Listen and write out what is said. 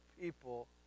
people